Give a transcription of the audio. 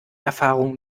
erfahrung